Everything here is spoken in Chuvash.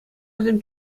вӗсем